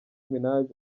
minaj